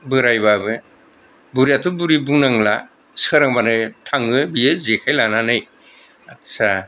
बोराइबाबो बुरियाथ' बुरि बुंनांला सोरांबानो थाङो बियो जेखाय लानानै आदचा